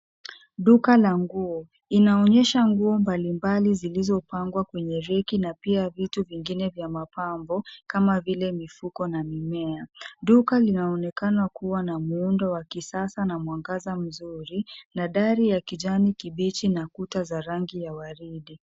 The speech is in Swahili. Duka la nguo, inaonyesha nguo mbalimbali zilizopangwa kwenye reki na pia vitu vingine vya mapambo kama vile mifuko na mimea. Duka linaonekana kuwa na muundo wa kisasa na mwangaza mzuri na dari ya kijani kibichi na kuta za rangi ya waridi.